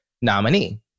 nominee